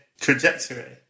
trajectory